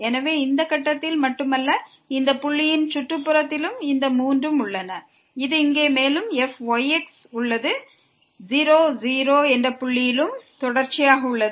எனவே இந்த கட்டத்தில் மட்டுமல்ல இந்த புள்ளியின் நெய்பர்ஹுட்டிலும் இந்த மூன்றும் உள்ளன இது இங்கே மேலே fyx உள்ளது 0 0 என்ற புள்ளியிலும் தொடர்ச்சியாக உள்ளது